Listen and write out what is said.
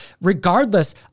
regardless